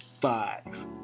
Five